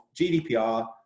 GDPR